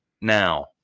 Now